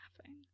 laughing